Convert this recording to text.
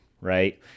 right